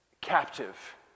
captive